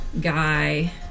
Guy